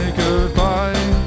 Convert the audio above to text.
goodbye